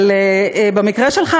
אבל במקרה שלך,